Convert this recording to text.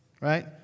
Right